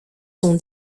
sont